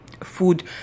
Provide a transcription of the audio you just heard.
food